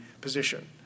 position